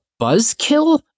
buzzkill